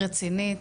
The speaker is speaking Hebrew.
רצינית,